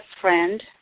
friend